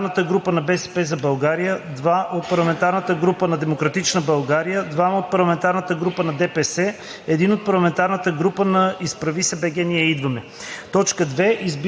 3 от парламентарната група на „БСП за България“, 2 от парламентарната група на „Демократична България“, 2 от парламентарната група на ДПС, 1 от парламентарната група на „Изправи се БГ! Ние идваме!“.